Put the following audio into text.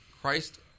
Christ